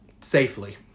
safely